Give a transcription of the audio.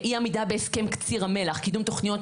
אי עמידה בהסכם קציר המלח, קידום תוכניות